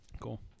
cool